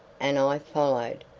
and i followed,